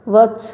वच